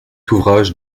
ouvrage